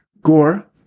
Gore